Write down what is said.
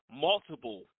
multiple